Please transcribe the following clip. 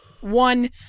one